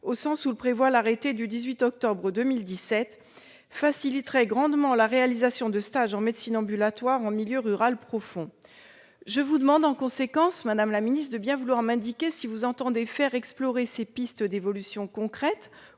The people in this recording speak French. au sens où le prévoit l'arrêté du 18 octobre 2017, ce qui faciliterait grandement la réalisation de stages en médecine ambulatoire en milieu rural profond. Je vous demande, en conséquence, madame la secrétaire d'État, de bien vouloir m'indiquer si le Gouvernement entend faire explorer ces pistes d'évolution concrètes